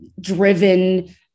driven